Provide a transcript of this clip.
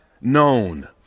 known